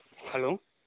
hello